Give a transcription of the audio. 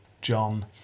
John